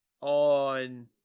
on